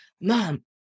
Mom